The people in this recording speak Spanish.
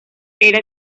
era